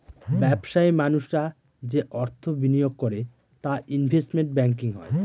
ব্যবসায়ী মানুষরা যে অর্থ বিনিয়োগ করে তা ইনভেস্টমেন্ট ব্যাঙ্কিং হয়